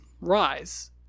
rise